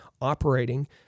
operating